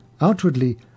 Outwardly